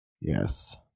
Yes